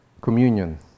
Communion